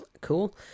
cool